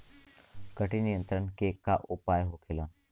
कीट नियंत्रण के का उपाय होखेला?